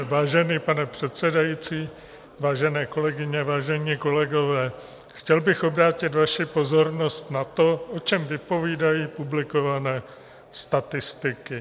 Vážený pane předsedající, vážené kolegyně, vážení kolegové, chtěl bych obrátit vaši pozornost na to, o čem vypovídají publikované statistiky.